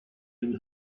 and